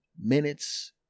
minutes